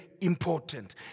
important